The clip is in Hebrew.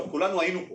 כולנו היינו פה